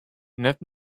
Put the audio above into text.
net